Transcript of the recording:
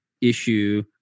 issue